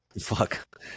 Fuck